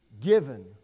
given